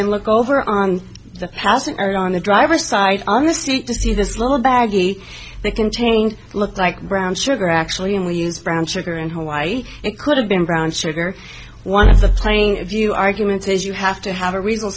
then look over on the passenger on the driver's side on the street to see this little baggie that contained looked like brown sugar actually and we use brown sugar in hawaii it could have been brown sugar one of the plain view arguments is you have to have a real